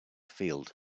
field